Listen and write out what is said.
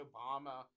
Obama